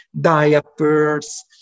diapers